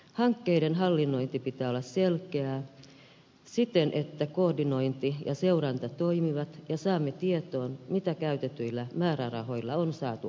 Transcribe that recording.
hankkeiden hallinnoinnin pitää olla selkeää siten että koordinointi ja seuranta toimivat ja saamme tietoon mitä käytetyillä määrärahoilla on saatu aikaan